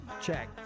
Check